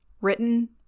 Written